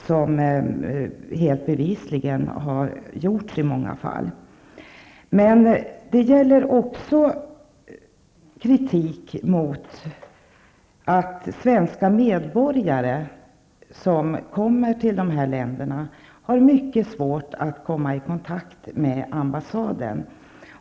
Det har helt bevisligen hänt i flera fall. Där finns också kritik när det gäller svenska medborgare i dessa länder som har svårt att komma i kontakt med ambassaden.